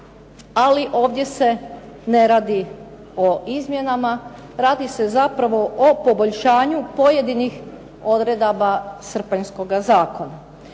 ali ovdje se ne radi o izmjenama, radi se zapravo o poboljšanju pojedinih odredaba srpanjskoga zakona.